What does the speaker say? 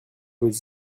vos